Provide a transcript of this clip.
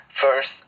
First